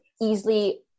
easily